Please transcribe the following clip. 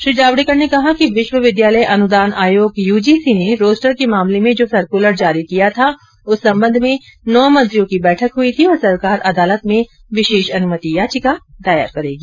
श्री जावडेकर ने कहा कि विश्वविद्यालय अनुदान आयोग यूजीसी ने रोस्टर के मामले में जो सर्कुलर जारी किया था उस सम्बन्ध में नौ मंत्रियों की बैठक हुई थी और सरकार अदालत में विशेष अनुमति याचिका दायर करेगी